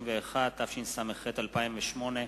31), התשס"ח 2008,